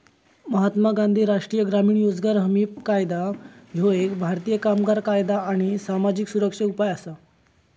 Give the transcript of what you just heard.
महात्मा गांधी राष्ट्रीय ग्रामीण रोजगार हमी कायदा ह्यो एक भारतीय कामगार कायदा आणि सामाजिक सुरक्षा उपाय असा